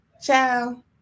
Ciao